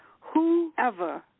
whoever